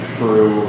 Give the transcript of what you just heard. true